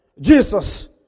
Jesus